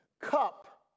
Cup